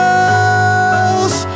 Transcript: else